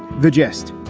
the gist.